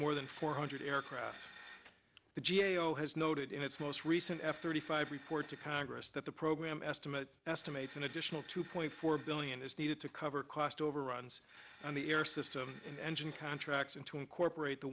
more than four hundred aircraft the g a o has noted in its most recent f thirty five report to congress that the program estimate estimates an additional two point four billion is needed to cover cost overruns on the air system in engine contracts and to incorporate the